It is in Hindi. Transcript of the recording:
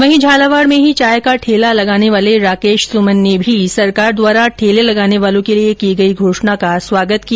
वहीं झालावाड में ही चाय का ठेला लगाने वाले राकेश सुमन ने भी सरकार द्वारा ठेला लगाने वालों के लिए की गई घोषणा का स्वागत किया